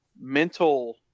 mental